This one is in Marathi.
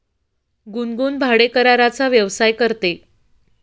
गुनगुन भाडेकराराचा व्यवसाय करते